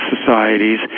societies